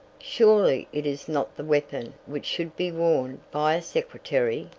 surely it is not the weapon which should be worn by a secretary,